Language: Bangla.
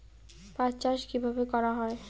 পাট চাষ কীভাবে করা হয়?